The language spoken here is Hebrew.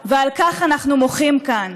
ועל כך אנחנו מוחים כאן.